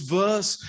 verse